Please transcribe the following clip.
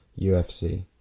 UFC